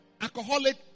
alcoholic